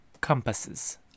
compasses